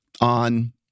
on